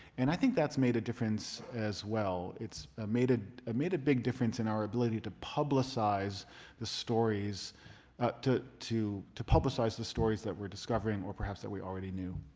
and i think that's made a difference as well. it's ah made ah ah made a big difference in our ability to publicize the stories to to publicize the stories that we're discovering or perhaps that we already knew.